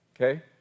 Okay